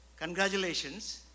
congratulations